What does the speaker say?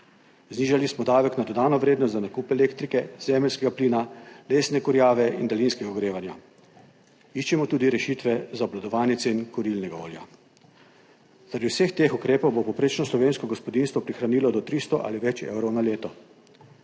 znižali smo davek na dodano vrednost za nakup elektrike, zemeljskega plina, lesne kurjave in daljinskega ogrevanja, iščemo tudi rešitve za obvladovanje cen kurilnega olja. Zaradi vseh teh ukrepov bo povprečno slovensko gospodinjstvo prihranilo do 300 ali več evrov na leto.